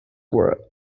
were